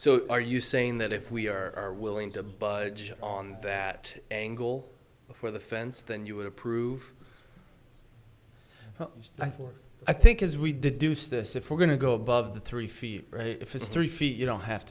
so are you saying that if we are willing to budge on that angle for the fence then you would approve i for i think as we deduce this if we're going to go above the three feet if it's three feet you don't have